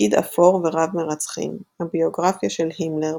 פקיד אפור ורב מרצחים – הביוגרפיה של הימלר,